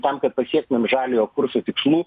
tam kad pasiektumėm žaliojo kurso tikslų